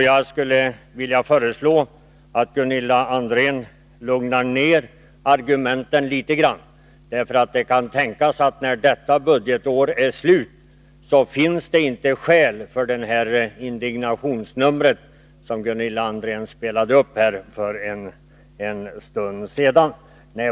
Jag skulle vilja föreslå att Gunilla André lugnar ner argumenteringen litet grand, eftersom det kan tänkas att det när innevarande budgetår är slut inte finns skäl för det indignationsnummer som Gunilla André spelade upp för en stund sedan.